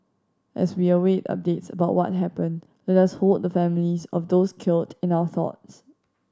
as we await updates about what happened let us hold the families of those killed in our thoughts